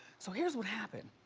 so here's what happened.